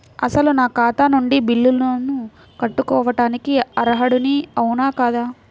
అసలు నా ఖాతా నుండి బిల్లులను కట్టుకోవటానికి అర్హుడని అవునా కాదా?